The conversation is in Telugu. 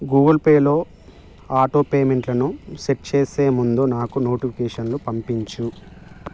గూగుల్ పేలో ఆటో పేమెంట్లను సెట్ చేసే ముందు నాకు నోటిఫికేషన్లు పంపించు